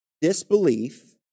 Disbelief